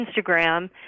Instagram